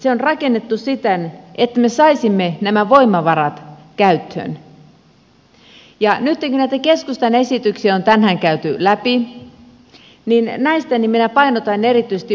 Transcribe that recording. se on rakennettu siten että me saisimme nämä voimavarat käyttöön ja nytten kun näitä keskustan esityksiä on tänään käyty läpi niin näistä minä painotan erityisesti muutamaa kohtaa